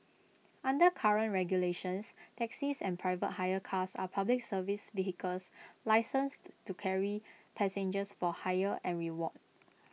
under current regulations taxis and private hire cars are Public Service vehicles licensed to carry passengers for hire and reward